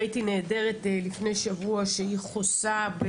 ראיתי נעדרת לפני שבוע שהיא חוסה,